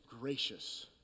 gracious